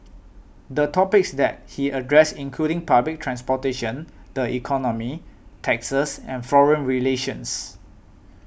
the topics that he addressed included public transportation the economy taxes and foreign relations